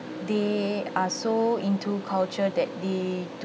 they are so into culture that they